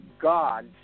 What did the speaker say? God